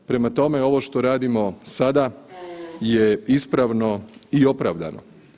Prema tome, ovo što radimo sada je ispravno i opravdano.